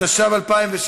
התשע"ו 2016,